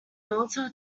malta